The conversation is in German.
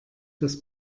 das